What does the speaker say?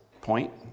point